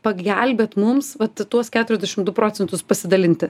pagelbėt mums vat tuos keturiasdešim du procentus pasidalinti